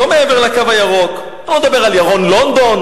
לא מעבר ל"קו הירוק"; בואו נדבר על ירון לונדון,